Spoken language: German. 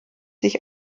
sich